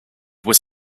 was